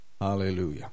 Hallelujah